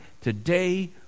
today